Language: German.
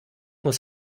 muss